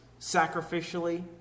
Sacrificially